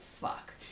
fuck